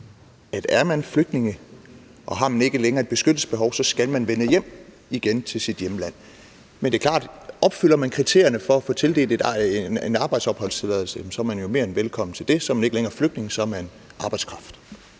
at er man flygtning og ikke længere har et beskyttelsesbehov, skal man vende hjem til sit hjemland. Men det er klart, at opfylder man kriterierne for at få tildelt en arbejds- og opholdstilladelse, er man jo mere end velkommen til det. Så er man ikke længere flygtning, så er man en arbejdskraft.